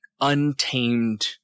untamed